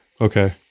Okay